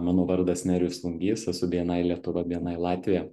mano vardas nerijus lungys esu bni lietuva bni latvija